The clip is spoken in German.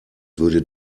würde